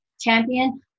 champion